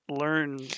learn